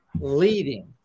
leading